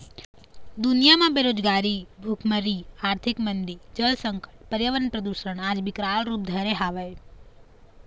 दुनिया म बेरोजगारी, भुखमरी, आरथिक मंदी, जल संकट, परयावरन परदूसन आज बिकराल रुप धरे हवय